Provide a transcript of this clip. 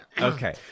Okay